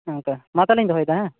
ᱚᱱᱠᱟ ᱢᱟ ᱛᱟᱦᱚᱞᱮᱧ ᱫᱚᱦᱚᱭᱮᱫᱟ ᱦᱮᱸ